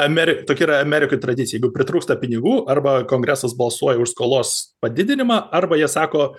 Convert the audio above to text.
ameri tokia yra amerikoj tradicija jeigu pritrūksta pinigų arba kongresas balsuoja už skolos padidinimą arba jie sako